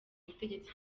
ubutegetsi